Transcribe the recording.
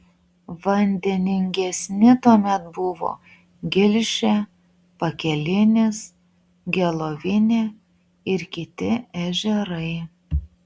vandeningesni tuomet buvo gilšė pakelinis gelovinė ir kiti ežerai